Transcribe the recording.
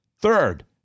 third